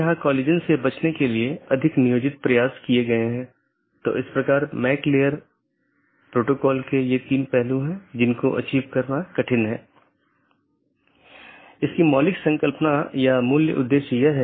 यदि इस संबंध को बनाने के दौरान AS में बड़ी संख्या में स्पीकर हैं और यदि यह गतिशील है तो इन कनेक्शनों को बनाना और तोड़ना एक बड़ी चुनौती है